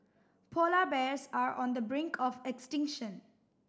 polar bears are on the brink of extinction